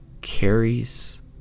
carries